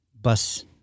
bus